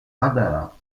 radar